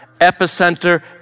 epicenter